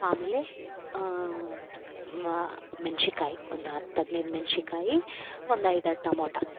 ಆಮೇಲೆ ಮ ಮೆಣ್ಸಿಕಾಯ್ ಒಂದು ಹತ್ತು ಹದಿನೈದು ಮೆಣ್ಸಿಕಾಯಿ ಒಂದು ಐದಾರು ಟಮೊಟೊ